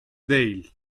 değil